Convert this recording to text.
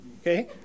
okay